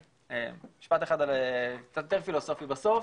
משפט אחד קצת יותר פילוסופי, בסוף